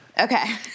okay